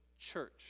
church